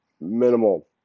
minimal